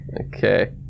okay